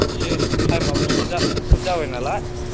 इसे टाइमाबो सर्ट जा सर्ट जाबाय नालाय